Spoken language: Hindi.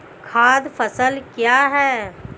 खाद्य फसल क्या है?